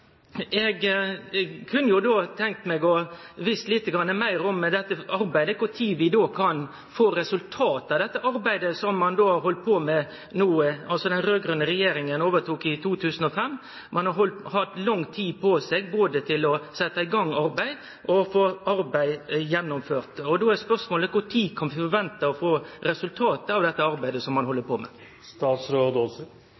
Eg kunne jo tenkje meg å få vite litt meir om det arbeidet. Kva tid kan vi få resultatet av dette arbeidet som ein har halde på med? Den raud-grøne regjeringa tok altså over i 2005, ein har hatt lang tid på seg, både til å setje i gang arbeidet og til få arbeidet gjennomført. Då blir spørsmålet: Når kan vi vente å få resultatet av dette arbeidet som ein